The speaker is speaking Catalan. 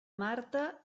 marta